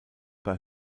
bei